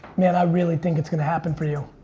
man i really think its gonna happen for you.